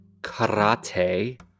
karate